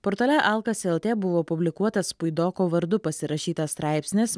portale alkas lt buvo publikuotas puidoko vardu pasirašytas straipsnis